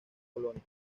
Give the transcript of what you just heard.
colonia